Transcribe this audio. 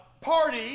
party